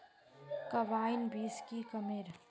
Carbine बीस की कमेर?